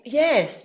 yes